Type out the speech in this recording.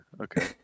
Okay